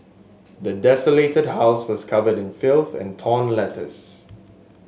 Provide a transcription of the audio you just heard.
the desolated house was covered in filth and torn letters